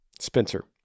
Spencer